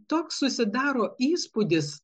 toks susidaro įspūdis